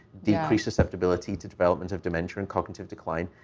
decreased susceptibility to development of dementia and cognitive decline,